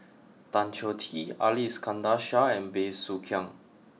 Tan Choh Tee Ali Iskandar Shah and Bey Soo Khiang